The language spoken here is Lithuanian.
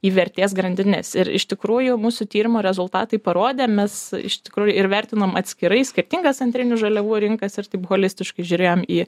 į vertės grandines ir iš tikrųjų mūsų tyrimo rezultatai parodė mes iš tikrųjų ir vertinom atskirai skirtingas antrinių žaliavų rinkas ir taip holistiškai žiūrėjom į